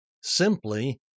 simply